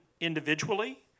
individually